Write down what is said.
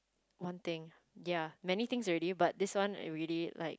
one thing ya many things already but this one really like